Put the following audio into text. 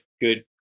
good